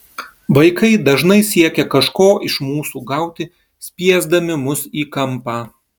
vaikai dažnai siekia kažko iš mūsų gauti spiesdami mus į kampą